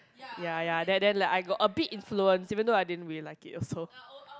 ya ya then then I got a bit influenced even though I didn't really like it also